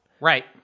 Right